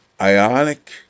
Ionic